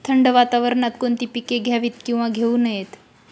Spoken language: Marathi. थंड वातावरणात कोणती पिके घ्यावीत? किंवा घेऊ नयेत?